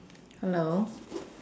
hello